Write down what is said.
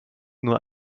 nur